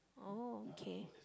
oh okay